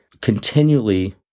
continually